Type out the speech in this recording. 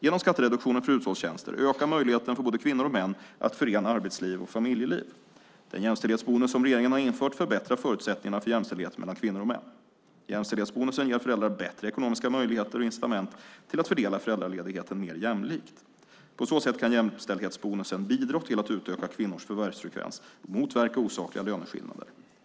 Genom skattereduktionen för hushållstjänster ökar möjligheten för både kvinnor och män att förena arbetsliv och familjeliv. Den jämställdhetsbonus som regeringen har infört förbättrar förutsättningarna för jämställdhet mellan kvinnor och män. Jämställdhetsbonusen ger föräldrar bättre ekonomiska möjligheter och incitament till att fördela föräldraledigheten mer jämlikt. På så sätt kan jämställdhetsbonusen bidra till att utöka kvinnors förvärvsfrekvens och motverka osakliga löneskillnader.